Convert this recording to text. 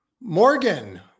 Morgan